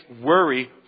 worry